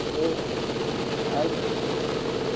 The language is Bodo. औ आरो